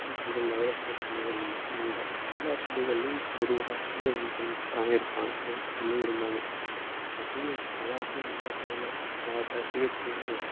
நல்ல பிள்ளைகள் நகரப்புற பிள்ளைகள் மட்டுமல்ல எல்லா பிள்ளைகள்லேயும் ஒரு ஒரு ஆசிரியர்கள் கட்டாயம் இருப்பாங்க ஏன் ஸ்கூல்லேயும் இருந்தாங்க என் ஸ்கூலில் ஒரு ஆசிரியர் ரெண்டு ஆசிரியர் இல்ல முக்கால்வாசி ஆசிரியர் இப்படி தான் இருந்தாங்க